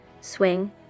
swing